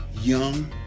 young